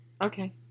Okay